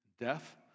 Death